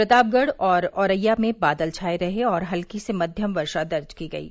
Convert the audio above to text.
प्रतापगढ़ औरैया में भी बादल छाए रहे और हल्की से मध्यम वर्षा दर्ज की गयी